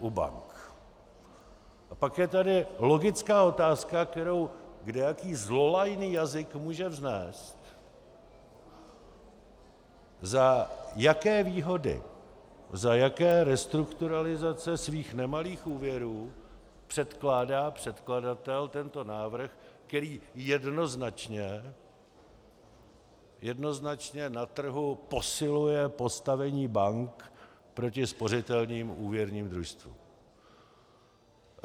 A pak je tady logická otázka, kterou kdejaký zlolajný jazyk může vznést za jaké výhody, za jaké restrukturalizace svých nemalých úvěrů předkládá předkladatel tento návrh, který jednoznačně na trhu posiluje postavení bank proti spořitelním a úvěrním družstvům.